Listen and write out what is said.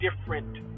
different